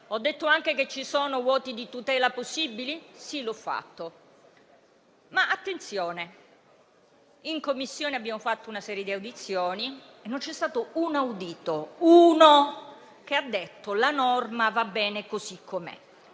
Ho detto anche che ci sono vuoti di tutela possibili? Sì, l'ho fatto. Ma, attenzione, in Commissione abbiamo fatto una serie di audizioni e non c'è stato un audito, uno solo, che abbia detto che la norma va bene così com'è.